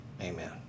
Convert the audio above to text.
amen